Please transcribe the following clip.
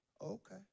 Okay